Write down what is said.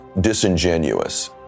disingenuous